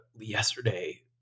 yesterday